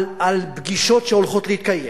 על פגישות שהולכות להתקיים,